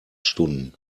stunden